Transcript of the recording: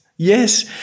Yes